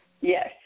Yes